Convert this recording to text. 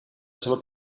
ceba